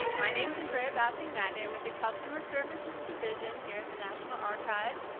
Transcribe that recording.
my name's andrea bassing matney. i'm with the customer services division here at the national archives.